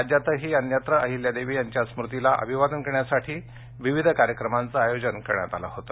राज्यातही अन्यत्र अहिल्यादेवी यांच्या स्मृतिला अभिवादन करण्यासाठी विविध कार्यक्रमांचं आयोजन करण्यात आलं होतं